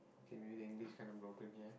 okay maybe the English kinda broken here